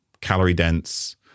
calorie-dense